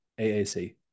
AAC